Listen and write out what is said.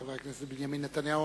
חבר הכנסת בנימין נתניהו.